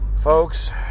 folks